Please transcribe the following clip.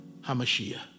HaMashiach